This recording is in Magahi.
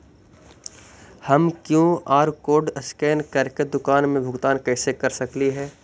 हम कियु.आर कोड स्कैन करके दुकान में भुगतान कैसे कर सकली हे?